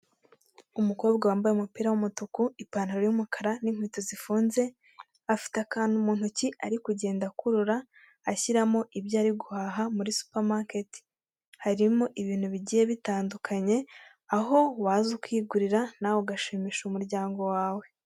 Umukobwa wambaye umupira w'umutuku, ipantaro y'umukara n'inkweto zifunze afite akantu mu ntoki ari kugenda akururora ashyiramo ibyo ari guhaha muri supamaketi harimo ibintu bigiye bitandukanye aho wazakigurira nawe ugashimisha umuryango wawe.